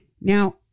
now